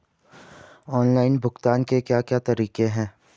Online भुगतान के क्या क्या तरीके हैं?